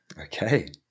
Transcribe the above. Okay